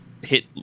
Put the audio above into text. hit